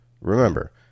Remember